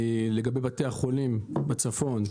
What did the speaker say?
לגבי בתי החולים בצפון,